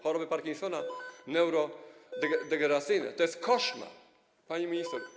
Choroby Parkinsona, neurodegeneracyjne to jest koszmar, pani minister.